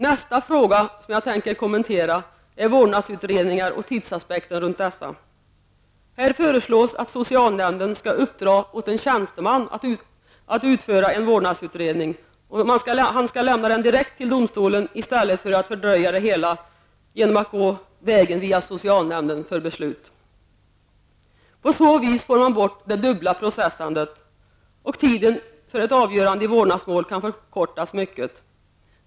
Nästa fråga som jag tänker kommentera är vårdnadsutredningar och tidsaspekten runt dessa. Här föreslås att socialnämnden skall uppdra åt en tjänsteman att utföra en vårdnadsutredning och lämna den direkt till domstolen, i stället för att som nu fördröja det hela genom att gå vägen via socialnämnden för beslut. På så vis får man bort det dubbla processandet och tiden för ett avgörande i vårdnadsmålet kan förkortas mycket.